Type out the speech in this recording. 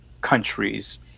countries